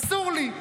אסור לי.